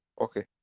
Okay